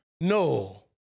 No